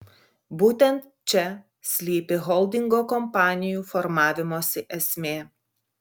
būtent čia slypi holdingo kompanijų formavimosi esmė